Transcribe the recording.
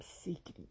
seeking